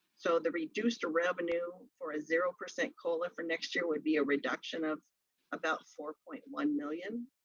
so the reduced revenue for a zero percent cola for next year would be a reduction of about four point one million.